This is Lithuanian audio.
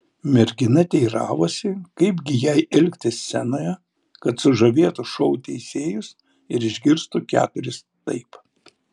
mergina teiravosi kaip gi jai elgtis scenoje kad sužavėtų šou teisėjus ir išgirstų keturis taip